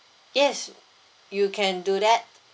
yes you can do that